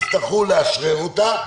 הצטרכו לאשרר אותה,